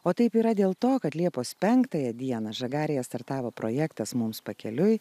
o taip yra dėl to kad liepos penktąją dieną žagarėje startavo projektas mums pakeliui